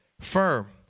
firm